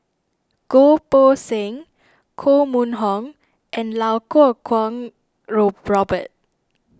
Goh Poh Seng Koh Mun Hong and Iau Kuo Kwong row Robert